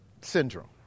syndrome